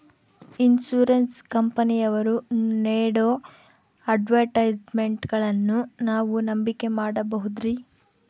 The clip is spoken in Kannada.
ಇನ್ಸೂರೆನ್ಸ್ ಕಂಪನಿಯವರು ನೇಡೋ ಅಡ್ವರ್ಟೈಸ್ಮೆಂಟ್ಗಳನ್ನು ನಾವು ನಂಬಿಕೆ ಮಾಡಬಹುದ್ರಿ?